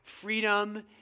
freedom